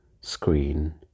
screen